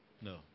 No